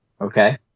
Okay